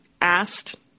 asked